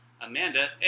Amanda